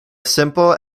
simple